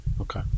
Okay